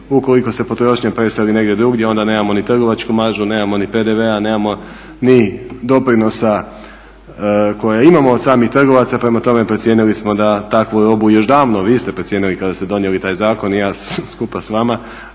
Ukoliko se potrošnja preseli negdje drugdje onda nemamo ni trgovačku maržu, nemamo ni PDV-a, nemamo ni doprinosa koje imamo od samih trgovaca. Prema tome procijenili smo da takvu robu još davno, vi ste procijenili kada ste donijeli taj zakon i ja skupa s vama,